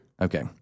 Okay